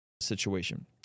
situation